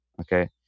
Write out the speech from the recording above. Okay